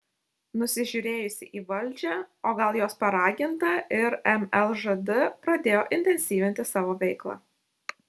nusižiūrėjusi į valdžią o gal jos paraginta ir lmžd pradėjo intensyvinti savo veiklą